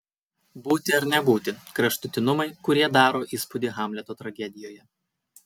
būti ar nebūti kraštutinumai kurie daro įspūdį hamleto tragedijoje